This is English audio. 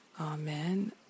Amen